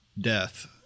death